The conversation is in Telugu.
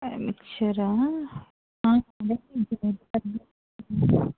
మిక్చరా